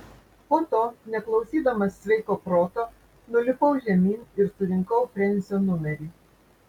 po to neklausydamas sveiko proto nulipau žemyn ir surinkau frensio numerį